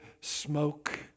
smoke